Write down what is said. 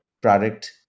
product